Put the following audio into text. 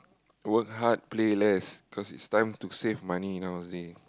work hard play less cause it's time to save money nowadays